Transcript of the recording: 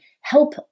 help